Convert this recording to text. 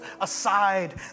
aside